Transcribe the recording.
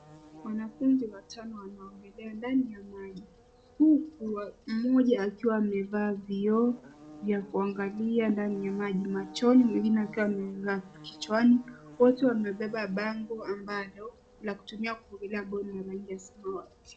Wanafunzi watano wanaogelea ndani ya maji huku mmoja akiwa amevaa vioo vya kuangalia ndani ya maji machoni mwingine akiwa amevaa kichwani. Wote wamebeba bango ambalo la kutumia kuogelea ambalo ni la rangi ya samawati.